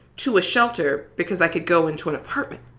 to a shelter because i could go into an apartment.